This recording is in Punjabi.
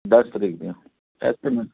ਦਸ ਤਾਰੀਖ ਦੀਆਂ ਇਸ ਮੰਨਥ